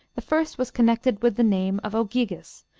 the first was connected with the name of ogyges,